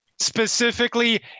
specifically